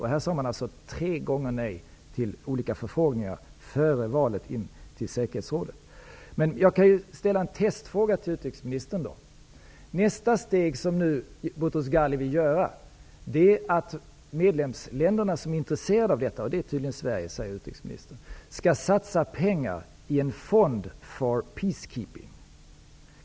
Här sade man tre gånger nej till olika förfrågningar före valet till säkerhetsrådet. Jag kan ju ställa en testfråga till utrikesministern. Nästa steg som BoutrosGhali vill ta är att de medlemsländer som är intresserade -- och utrikesministern säger att Sverige är det -- skall satsa pengar i en fond ''for peacekeeping''.